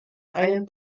einen